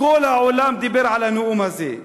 כל העולם דיבר על הנאום הזה,